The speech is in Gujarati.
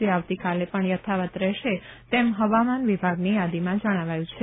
જે આવતીકાલે પણ યથાવત રહેશે તેમ હવામાન વિભાગની યાદીમાં જણાવાયું છે